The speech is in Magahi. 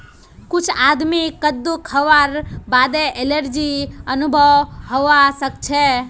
कुछ आदमीक कद्दू खावार बादे एलर्जी अनुभव हवा सक छे